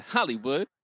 Hollywood